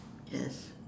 yes